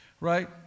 right